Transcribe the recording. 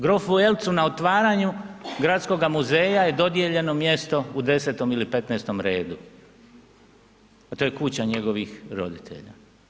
Grofu Eltzu na otvaranju gradskoga muzeja je dodijeljeno u 10 ili 15 redu, a to je kuća njegovih roditelja.